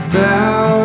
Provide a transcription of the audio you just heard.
Thou